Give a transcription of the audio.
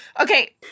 Okay